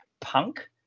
punk